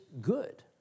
good